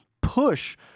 push